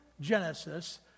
Genesis